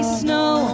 snow